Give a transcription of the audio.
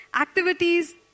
activities